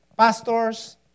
Pastors